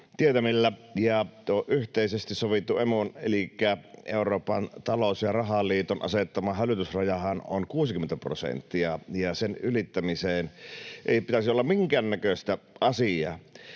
tuo yhteisesti sovitun Emun elikkä Euroopan talous- ja rahaliiton asettama hälytysrajahan on 60 prosenttia, ja sen ylittämiseen ei pitäisi olla minkäännäköistä asiaa.